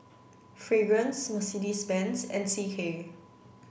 Fragrance Mercedes Benz and C K